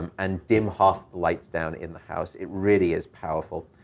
and dim half the lights down in the house. it really is powerful.